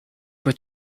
were